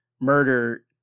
murder